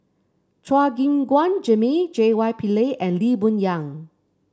Chua Gim Guan Jimmy J Y Pillay and Lee Boon Yang